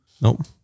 Nope